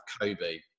Kobe